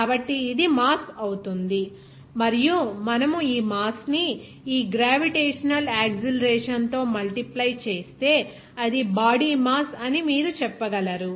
కాబట్టి ఇది మాస్ అవుతుంది మరియు మనము ఈ మాస్ ని ఈ గ్రావిటేషనల్ యాక్సిలరేషన్ తో మల్టిప్లై చేస్తే అది బాడీ మాస్ అని మీరు చెప్పగలరు